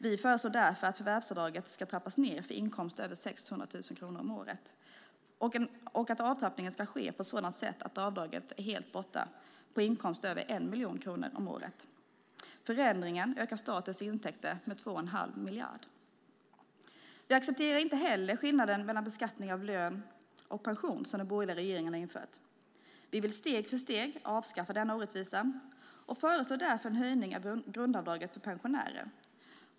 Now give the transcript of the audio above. Vi föreslår därför att förvärvsavdraget ska trappas ned för inkomster över 600 000 kronor om året och att avtrappningen ska ske på ett sådant sätt att avdraget är helt borta vid inkomster över 1 miljon kronor om året. Förändringen ökar statens intäkter med 2 1⁄2 miljard. Vi accepterar inte heller skillnaden mellan beskattning av lön och beskattning av pension, som den borgerliga regeringen har infört. Vi vill steg för steg avskaffa denna orättvisa och föreslår därför en höjning av grundavdraget för pensionärer.